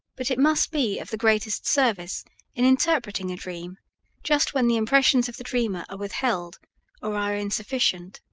but it must be of the greatest service in interpreting a dream just when the impressions of the dreamer are withheld or are insufficient.